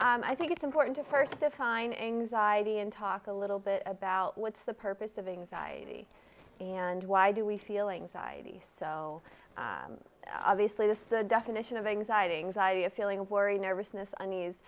to i think it's important to first define anxiety and talk a little bit about what's the purpose of anxiety and why do we feel anxiety so obviously this is the definition of anxiety anxiety a feeling of worry nervousness unease